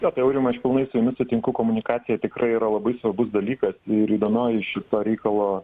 ne tai aurimai aš pilnai su jumis sutinku komunikacija tikrai yra labai svarbus dalykas ir įdomioji šito reikalo